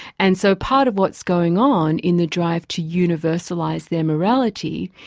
and so part of what's going on in the drive to universalise their morality,